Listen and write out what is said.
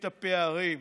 את הפערים.